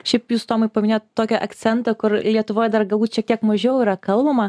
šiaip jūs tomai paminėjot tokį akcentą kur lietuvoj dar galbūt šiek tiek mažiau yra kalbama